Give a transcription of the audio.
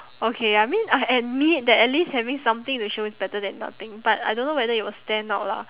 okay I mean I admit that at least having something to show is better than nothing but I don't know whether it will stand out lah